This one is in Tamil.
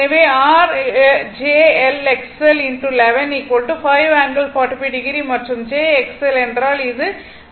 எனவே r j L XL I I 5 ∠45o மற்றும் j XL என்றால் இது ∠90o ஆகும்